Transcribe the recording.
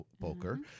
poker